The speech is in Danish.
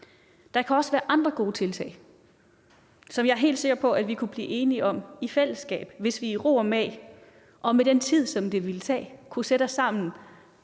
Der kan også være andre gode tiltag, som jeg er helt sikker på vi kunne blive enige om i fællesskab, hvis vi i ro og mag og med den tid, som det ville tage, kunne sætte os sammen